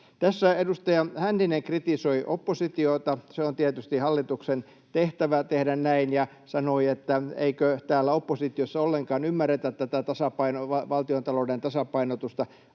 Tässä edustaja Hänninen kritisoi oppositiota. Se on tietysti hallituksen tehtävä tehdä näin, ja hän sanoi, että eikö täällä oppositiossa ollenkaan ymmärretä tätä valtiontalouden tasapainotusta.